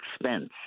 expense